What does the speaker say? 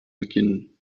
beginnen